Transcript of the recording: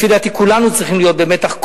לפי דעתי כולנו צריכים להיות במתח,